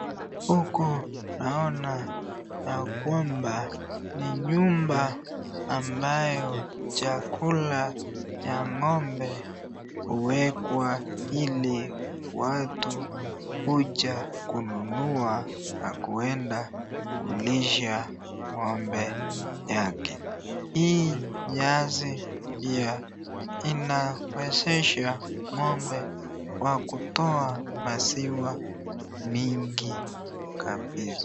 Huko naona ya kwamba ni nyumba ambayo chakula ya ng'ombe huwekwa ili watu huja kununua na kuenda kulisha ng'ombe yake. Hii nyasi pia inawezesha ng'ombe kwa kutoa maziwa mingi.